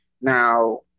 Now